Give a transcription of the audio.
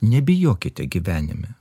nebijokite gyvenime